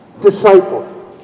Disciple